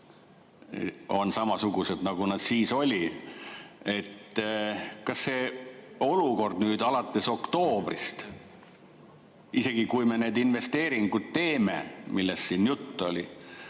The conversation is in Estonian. on samasugused, nagu nad siis olid. Kas see olukord alates oktoobrist, isegi kui me teeme need investeeringud, millest siin jutt oli,